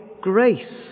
grace